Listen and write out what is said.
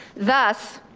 thus,